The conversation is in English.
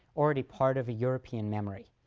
already part of a european memory.